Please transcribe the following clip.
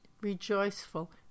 rejoiceful